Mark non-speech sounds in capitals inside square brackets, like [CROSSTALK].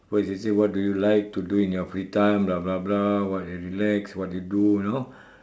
first to say what do you like to do in your free time [NOISE] what you relax what you do you know